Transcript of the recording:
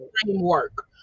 framework